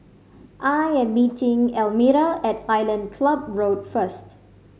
I am meeting Elmira at Island Club Road first